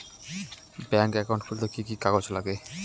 Bank account খুলতে কি কি কাগজ লাগে?